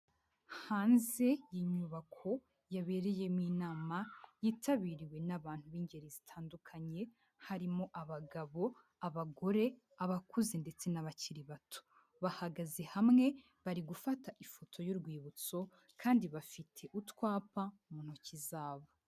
Hanze y'inyubako yabereyemo inama yitabiriwe n'abantu b'ingeri zitandukanye harimo: abagabo, abagore, abakuze ndetse n'abakiri bato, bahagaze hamwe bari gufata ifoto y'urwibutso kandi bafite utwapa mu ntoki zabo.